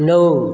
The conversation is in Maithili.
नओ